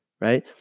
right